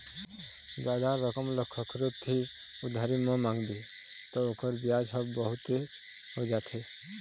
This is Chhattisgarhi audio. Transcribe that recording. जादा रकम ल कखरो तीर उधारी म मांगबे त ओखर बियाज ह बहुतेच हो जाथे